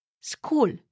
School